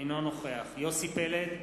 אינו נוכח יוסי פלד,